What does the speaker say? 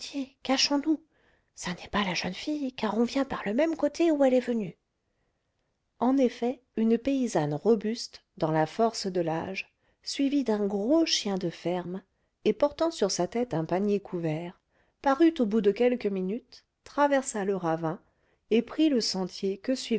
cachons nous ça n'est pas la jeune fille car on vient par le même côté où elle est venue en effet une paysanne robuste dans la force de l'âge suivie d'un gros chien de ferme et portant sur sa tête un panier couvert parut au bout de quelques minutes traversa le ravin et prit le sentier que